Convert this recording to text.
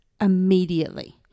immediately